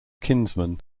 kinsman